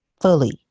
fully